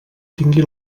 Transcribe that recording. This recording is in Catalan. tingui